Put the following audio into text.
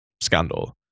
scandal